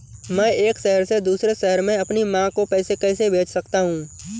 मैं एक शहर से दूसरे शहर में अपनी माँ को पैसे कैसे भेज सकता हूँ?